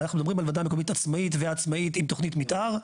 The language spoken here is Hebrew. אבל אנחנו מדברים על ועדה מקומית עצמאית ועצמאית עם תוכנית מתאר,